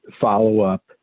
follow-up